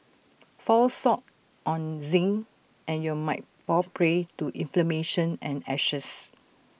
fall short on zinc and you'll might fall prey to inflammation and ashes